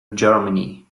germany